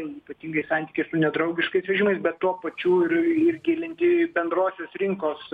ypatingai santykyje su nedraugiškais režimais bet tuo pačiu ir ir gilinti bendrosios rinkos